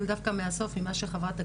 אלו שני דברים,